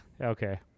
Okay